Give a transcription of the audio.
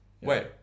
wait